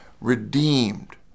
redeemed